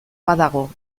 badago